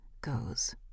goes